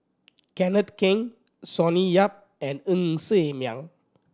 Kenneth Keng Sonny Yap and Ng Ser Miang